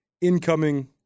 incoming